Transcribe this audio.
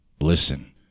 listen